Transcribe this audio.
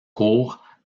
courts